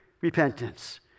repentance